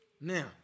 Now